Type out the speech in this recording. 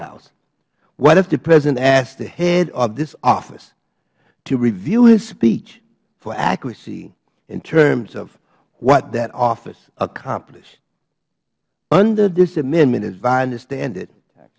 house what if the president asked the head of this office to review his speech for accuracy in terms of what that office accomplished under this amendment if i understand it